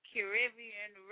Caribbean